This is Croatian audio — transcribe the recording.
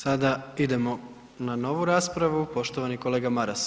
Sada idemo na novu raspravu, poštovani kolega Maras.